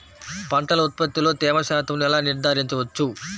పంటల ఉత్పత్తిలో తేమ శాతంను ఎలా నిర్ధారించవచ్చు?